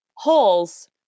Holes